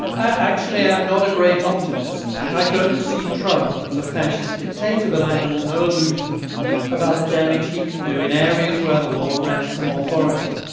actually, i'm not a great optimist. i don't see trump as a fascist dictator, but i'm under no allusions about the damage he can do in areas where the law grants him authority.